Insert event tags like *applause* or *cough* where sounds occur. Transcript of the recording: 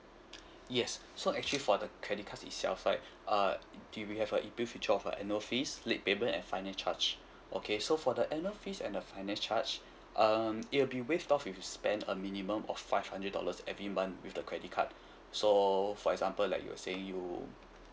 yes so actually for the credit cards itself right *breath* uh do we have a it bill which of a annual fees late payment and finance charge okay so for the annual fees and the finance charge um it will be waived off if you spend a minimum of five hundred dollars every month with the credit card *breath* so for example like you're saying you